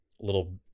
little